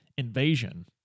Invasion